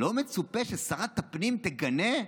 לא מצופה ששרת הפנים תגנה?